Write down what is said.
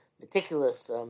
meticulous